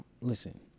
listen